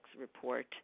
report